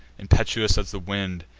impetuous as the wind,